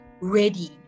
ready